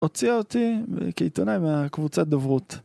הוציאה אותי כעיתונאי מהקבוצת דוברות.